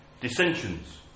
dissensions